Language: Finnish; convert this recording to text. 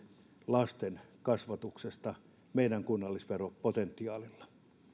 lasten kasvatuksesta meidän kunnallisveropotentiaalillamme